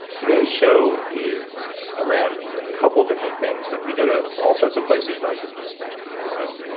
today's show is around a couple different things but we got to all sorts of places i didn't expect we'd go.